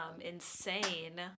insane